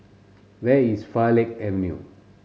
where is Farleigh Avenue